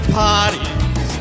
parties